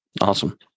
Awesome